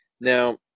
Now